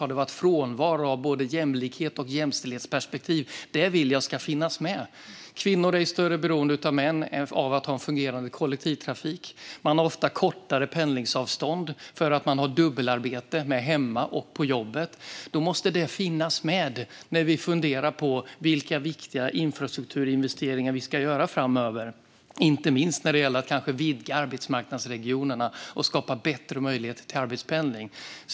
Det har varit frånvaro av både jämlikhet och jämställdhetsperspektiv. Jag vill att det ska finnas med. Kvinnor är i större behov än män av att ha en fungerande kollektivtrafik. Man har ofta kortare pendlingsavstånd för att man har dubbelarbete - hemma och på jobbet. Då måste det finnas med när vi funderar på vilka viktiga infrastrukturinvesteringar vi ska göra framöver. Så är det inte minst när det gäller att kanske vidga arbetsmarknadsregionerna och skapa bättre möjligheter till arbetspendling.